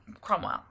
Cromwell